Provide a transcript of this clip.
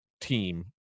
team